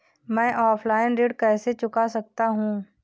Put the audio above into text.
मैं ऑफलाइन ऋण कैसे चुका सकता हूँ?